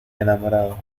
enamorado